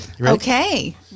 Okay